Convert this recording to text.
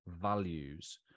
values